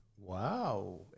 Wow